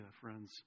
friends